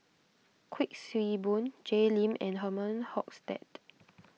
Kuik Swee Boon Jay Lim and Herman Hochstadt